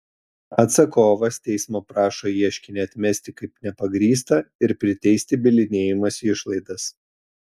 atsakovas teismo prašo ieškinį atmesti kaip nepagrįstą ir priteisti bylinėjimosi išlaidas